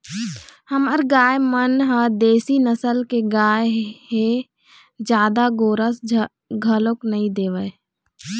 हमर गाय मन ह देशी नसल के गाय हे जादा गोरस घलोक नइ देवय